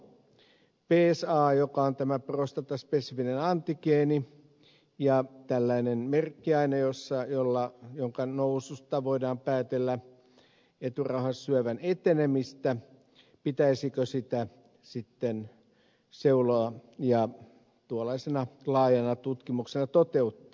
pitäisikö psata joka on tämä prostataspesifinen antigeeni ja tällainen merkkiaine jonka noususta voidaan päätellä eturauhassyövän etenemistä sitten seuloa ja tuollaisena laajana tutkimuksena toteuttaa